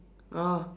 oh